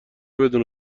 بدون